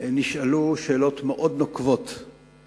נשאלו שאלות נוקבות מאוד,